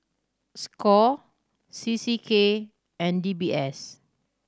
score C C K and D B S